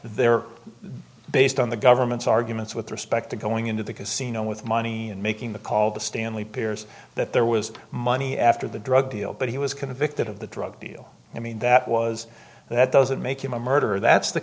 they're based on the government's arguments with respect to going into the casino with money and making the call the stanley peers that there was money after the drug deal but he was convicted of the drug deal i mean that was that doesn't make him a murderer that's the